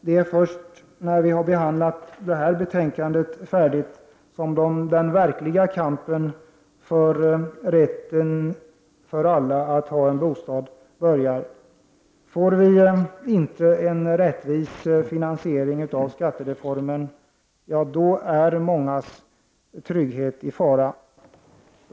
Det är först när vi har behandlat detta betänkande färdigt som den verkliga kampen för rätten för alla att ha en bostad börjar. Får vi inte en rättvis finansiering av skattereformen, då är mångas trygghet i fara.